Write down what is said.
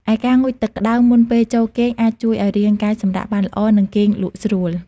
ឯការងូតទឹកក្តៅមុនពេលចូលគេងអាចជួយឲ្យរាងកាយសម្រាកបានល្អ និងគេងលក់ស្រួល។